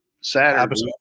Saturday